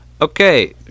Okay